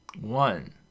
One